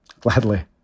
Gladly